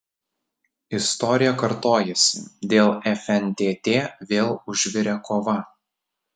istorija kartojasi dėl fntt vėl užvirė kova